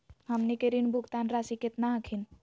हमनी के ऋण भुगतान रासी केतना हखिन?